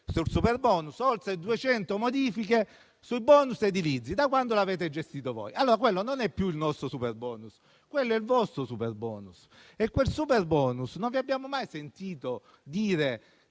sul superbonus, oltre 200 modifiche sui bonus edilizi da quando l'avete gestito voi. Allora, quello non è più il nostro superbonus, quello è il vostro superbonus. E non vi abbiamo mai sentito dire